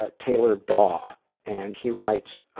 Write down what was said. ah taylor daw and he writes,